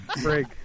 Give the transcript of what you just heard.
Break